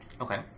Okay